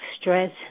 stress